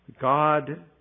God